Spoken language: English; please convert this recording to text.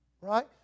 Right